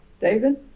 David